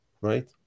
right